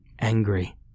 Angry